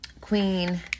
queen